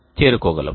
చేరుకోగలము